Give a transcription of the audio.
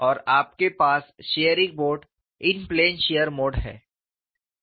और आपके पास shearing mode in plane shear mode है